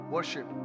Worship